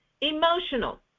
emotional